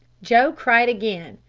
joe cried again,